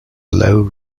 low